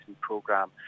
program